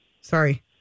Sorry